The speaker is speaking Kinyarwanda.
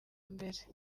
mbere